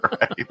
Right